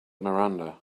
miranda